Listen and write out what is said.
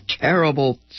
terrible